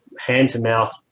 hand-to-mouth